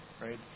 right